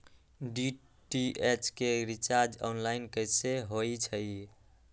DTH के recharge online कैसे होईछई?